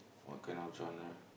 what kind of genre